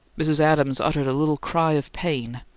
mrs. adams uttered a little cry of pain.